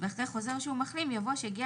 ואחרי "חוזר שהוא מחלים" יבוא: שהגיע